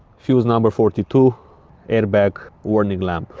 fuse number forty two air bag warning lamp.